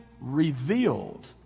revealed